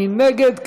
מי נגד?